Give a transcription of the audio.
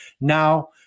Now